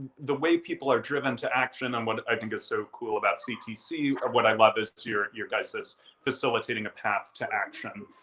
the way people are driven to action and what i think is so cool about ctc, or what i love is to your your guys' facilitating a path to action.